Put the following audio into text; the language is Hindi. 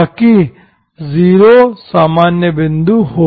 ताकि 0 सामान्य बिंदु हो